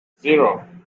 zero